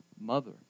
mother